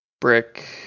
brick